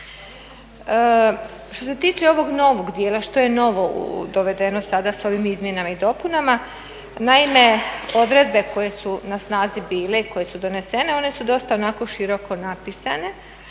Što se tiče ovog novog dijela, što je novo dovedeno sa ovim izmjenama i dopunama, naime, odredbe koje su na snazi bile i koje su donesene one su dosta onako široko napisane.